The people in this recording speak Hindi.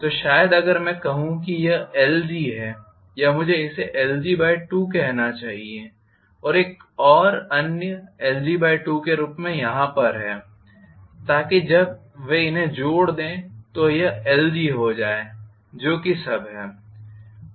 तो शायद अगर मैं कहूँ कि यह lg है या मुझे इसे lg2 कहना चाहिएऔर एक अन्य lg2 के रूप में यहाँ पर है ताकि जब वे इन्हें जोड़ दें तो यह lg हो जाए जो कि सब है